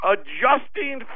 Adjusting